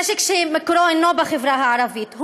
נשק שמקורו אינו בחברה הערבית,